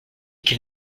qu’il